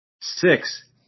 six